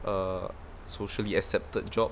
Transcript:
err socially accepted job